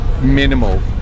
minimal